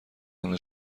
آنها